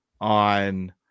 on